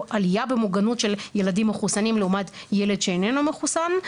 של ילדים מחוסנים לעומת ילד שאיננו מחוסן.